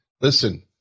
listen